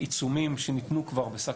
עיצומים שניתנו כבר בסך